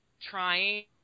trying